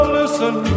listen